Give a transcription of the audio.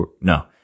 no